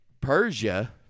Persia